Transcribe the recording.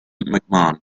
mcmahon